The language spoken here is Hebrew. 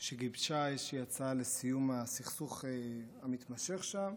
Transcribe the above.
שגיבשה איזושהי הצעה לסיום הסכסוך המתמשך שם,